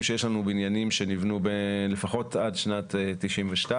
שיש לנו בניינים שנבנו לפחות עד שנת 1992